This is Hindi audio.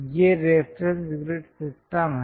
ये रेफरेंस ग्रिड सिस्टम हैं